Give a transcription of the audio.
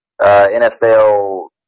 NFL